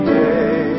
day